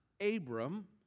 Abram